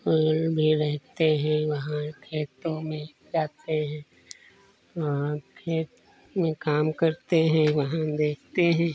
कोयल भी रहते हैं वहाँ खेतों में जाते हैं वहाँ खेत में काम करते हैं वहाँ देखते हैं